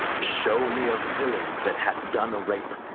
show me a villain that hath done a rape,